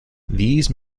these